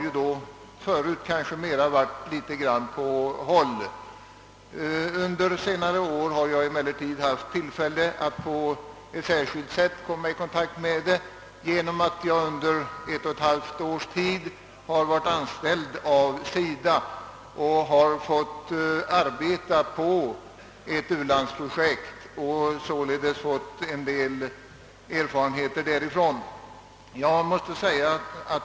Under senåre år har jag emellertid haft tillfälle att komma i särskild kontakt därmed, genom att jag under ett och ett halvt års tid varit anställd av SIDA och fått arbeta på ett u-landsprojekt och således fått en del erfarenheter därav.